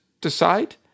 decide